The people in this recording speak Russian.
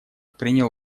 принял